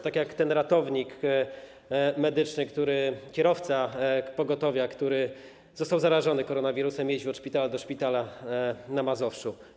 Tak jak ten ratownik medyczny, kierowca pogotowia, który został zarażony koronawirusem, jeździł od szpitala do szpitala na Mazowszu.